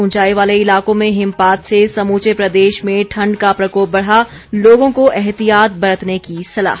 उंचाई वाले इलाकों में हिमपात से समूचे प्रदेश में ठंड का प्रकोप बढ़ा लोगों को एहतियात बरतने की सलाह